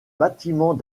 bâtiment